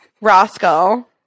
Roscoe